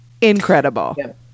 incredible